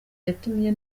yatumye